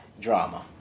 drama